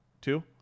two